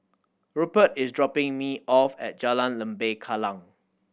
Rupert is dropping me off at Jalan Lembah Kallang